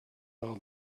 how